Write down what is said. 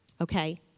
Okay